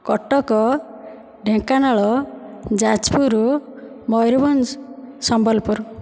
Cuttack Dhenkanal Jajpur Mayurbhanj Sambalpur